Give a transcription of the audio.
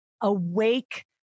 awake